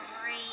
great